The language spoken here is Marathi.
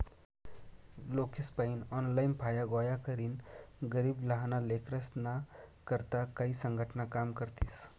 लोकेसपायीन ऑनलाईन फाया गोया करीन गरीब लहाना लेकरेस्ना करता काई संघटना काम करतीस